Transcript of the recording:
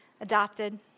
adopted